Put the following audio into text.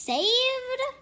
Saved